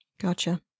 Gotcha